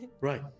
right